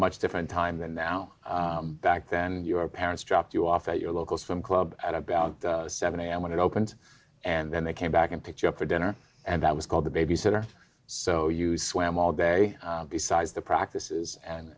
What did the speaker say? much different time than now back then your parents dropped you off at your local swim club at about seven am when it opened and then they came back and pick you up for dinner and that was called the babysitter so you swam all gary besides the practices d and